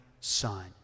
son